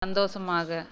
சந்தோஷமாக